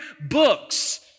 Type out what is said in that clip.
books